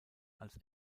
als